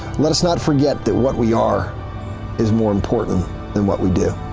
let us not forget that what we are is more important than what we do.